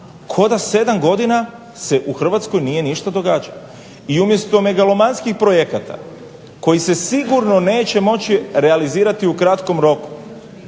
da 7 godina se u Hrvatskoj nije ništa događalo. I umjesto megalomanskih projekata koji se sigurno neće moći realizirati u kratkom roku